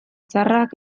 txarrak